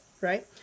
right